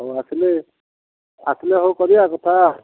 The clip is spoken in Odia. ହଉ ଆସିଲେ ଆସିଲେ ହଉ କରିବା କଥା